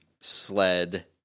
sled